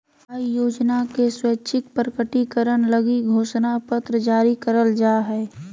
आय योजना के स्वैच्छिक प्रकटीकरण लगी घोषणा पत्र जारी करल जा हइ